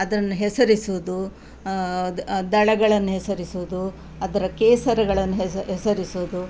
ಅದನ್ನು ಹೆಸರಿಸುವುದು ದಳಗಳನ್ನು ಹೆಸರಿಸುವುದು ಅದರ ಕೇಸರಗಳನ್ನು ಹೆಸ ಹೆಸರಿಸುವುದು